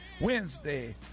Wednesday